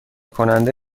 کننده